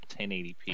1080p